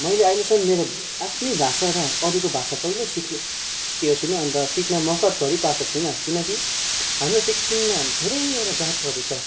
मैले अहिलेसम्म मेरो आफ्नै भाषा र अरूको भाषा कहिले सिके सिकेको छुइनँ अन्त सिक्ने मौकाधरि पाएको छुइनँ किनकि हाम्रो सिक्किममा धेरैवटा जातहरू छ